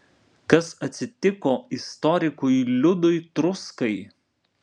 kas atsitiko istorikui liudui truskai